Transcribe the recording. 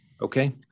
Okay